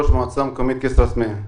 ראש המועצה המקומית כיסרא-סמיע,